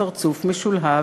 / מייד אחריו, בפרצוף משולהב,